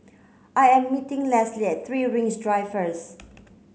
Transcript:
I am meeting Lesly at Three Rings Drive first